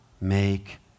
make